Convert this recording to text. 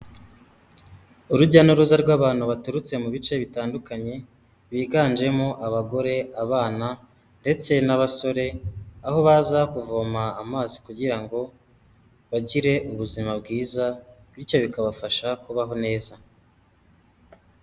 Urujya n'uruza rw'abantu baturutse mu bice bitandukanye biganjemo abagore, abana ndetse n'abasore, aho baza kuvoma amazi kugirango bagire ubuzima bwiza, bityo bikabafasha kubaho neza.